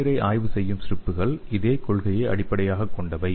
சிறுநீரை ஆய்வு செய்யும் ஸ்ட்ரிப்புகள் இதே கொள்கையை அடிப்படையாகக் கொண்டவை